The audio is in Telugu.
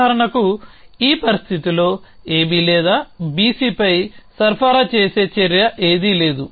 ఉదాహరణకు ఈ పరిస్థితిలో AB లేదా BCపై సరఫరా చేసే చర్య ఏదీ లేదు